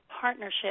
partnership